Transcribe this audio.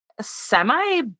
semi